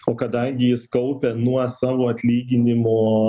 o kadangi jis kaupia nuo savo atlyginimo